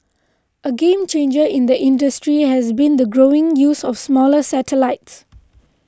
a game changer in the industry has been the growing use of smaller satellites